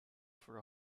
for